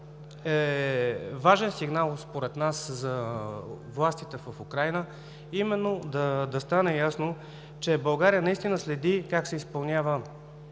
важен сигнал, според нас, за властите в Украйна именно да стане ясно, че България наистина следи как всеки изпълнява